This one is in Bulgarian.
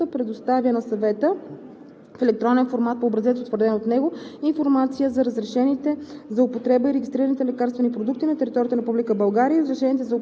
ал. 5. (3) Изпълнителната агенция по лекарствата предоставя на Съвета в електронен формат по образец, утвърден от него, информация за разрешените